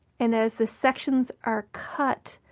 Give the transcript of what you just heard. and as the sections are cut,